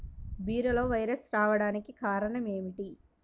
బీరలో వైరస్ రావడానికి కారణం ఏమిటి?